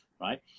right